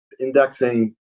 indexing